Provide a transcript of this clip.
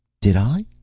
did i?